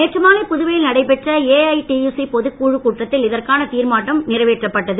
நேற்று மாலை புதுவையில் நடைபெற்ற ஏஐடியுசி பொதுக் குழுக் கூட்டத்தில் இதற்கான தீர்மானம் நிறைவேற்றப்பட்டது